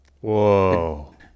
Whoa